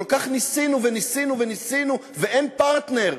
כל כך ניסינו וניסינו וניסינו, ואין פרטנר.